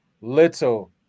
little